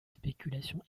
spéculations